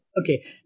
Okay